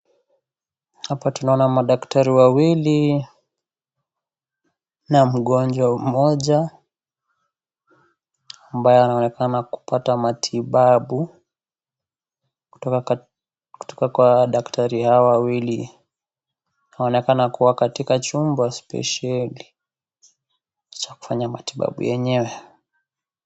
Hapa tunaona madaktari wawili na mgonjwa mmoja ambaye anaonekana kupata matibabu kutoka ka kutoka kwa daktari hawa wawili wanaonekana kuwa katika chumba spesheli cha kufanya matibabu yenyewe.